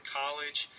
college